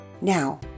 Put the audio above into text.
Now